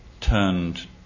turned